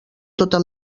tota